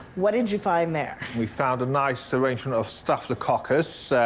what did you find there? we found a nice arrangement of staphylococcus.